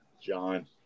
John